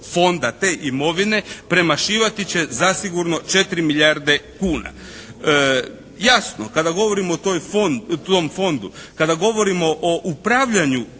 Fonda, te imovine premašivati će zasigurno 4 milijarde kuna. Jasno kada govorimo o tom Fondu, kada govorimo o upravljanju